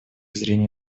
зрения